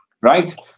right